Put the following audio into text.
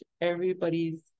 everybody's